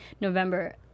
November